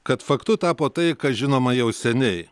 kad faktu tapo tai kas žinoma jau seniai